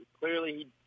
clearly